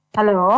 Hello